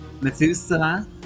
Methuselah